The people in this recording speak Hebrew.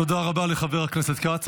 תודה רבה לחבר הכנסת כץ.